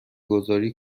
گذاری